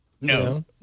no